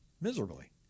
miserably